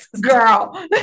Girl